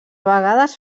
vegades